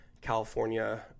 California